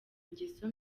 ingeso